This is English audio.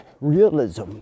realism